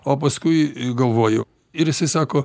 o paskui galvoju ir jisai sako